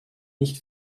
nicht